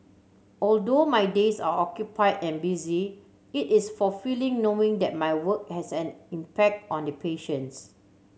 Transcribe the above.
although my days are occupy and busy it is fulfilling knowing that my work has an impact on the patients